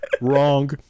wrong